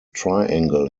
triangle